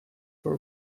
for